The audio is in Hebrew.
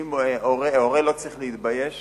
הורה לא צריך להתבייש